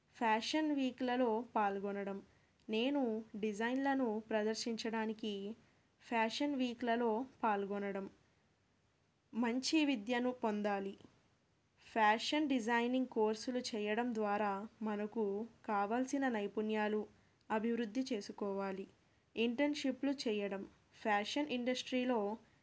fashion వీక్లలో పాల్గొనడం నేను డిజైన్లను ప్రదర్శించడానికి ఫ్యాషన్ వీక్లలో పాల్గొనడం మంచి విద్యను పొందాలి ఫ్యాషన్ డిజైనింగ్ కోర్సులు చెయ్యడం ద్వారా మనకు కావాల్సిన నైపుణ్యాలు అభివృద్ధి చేసుకోవాలి ఇంటర్న్షిప్లు చెయ్యడం ఫ్యాషన్ ఇండస్ట్రీలో